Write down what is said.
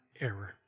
error